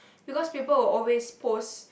because people will always post